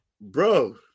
Bro